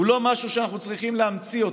הוא לא משהו שאנחנו צריכים להמציא אותו.